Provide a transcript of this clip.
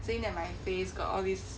saying that my face got all these